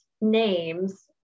names